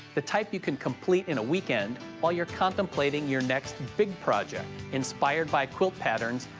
the type you can complete in a weekend while you're contemplating your next big project inspired by quilt patterns,